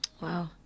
wow